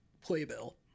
Playbill